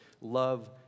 Love